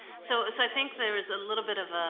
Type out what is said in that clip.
so so i think there is a little bit of